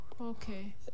Okay